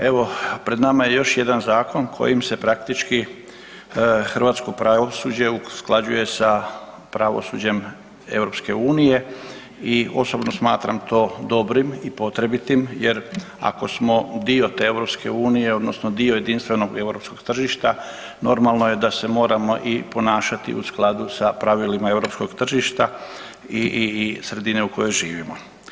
Evo pred nama je još jedan zakon kojim se praktički hrvatsko pravosuđe usklađuje s pravosuđem EU i osobno smatram to dobrim i potrebitim jer ako smo dio te EU odnosno dio jedinstvenog europskog tržišta normalno je da se moramo i ponašati u skladu s pravilima europskog tržišta i sredine u kojoj živimo.